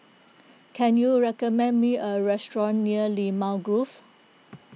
can you recommend me a restaurant near Limau Grove